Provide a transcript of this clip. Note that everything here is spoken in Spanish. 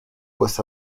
pues